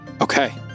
Okay